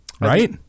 Right